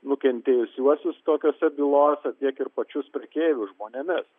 nukentėjusiuosius tokiose bylose tiek ir pačius prekeivius žmonėmis